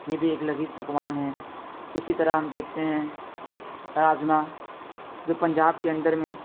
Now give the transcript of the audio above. یہ بھی ایک لذیذ پکوان ہے اسی طرح ہم دیکھتے ہیں راجما جو پنجاب کے اندر میں